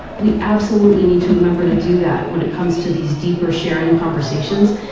we absolutely need to remember to do that when it comes to these deeper sharing conversations,